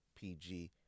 PG